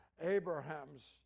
Abraham's